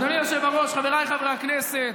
אדוני היושב-ראש, חבריי חברי הכנסת,